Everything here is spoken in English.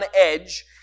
edge